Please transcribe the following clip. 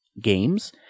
games